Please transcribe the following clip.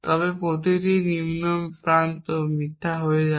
তবে প্রতিটি নিম্ন প্রান্ত মিথ্যা হয়ে যাবে